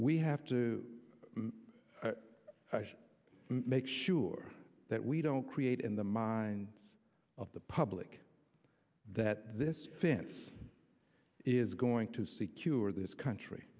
we have to make sure that we don't create in the minds of the public that this fence is going to secure this country